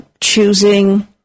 choosing